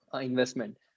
investment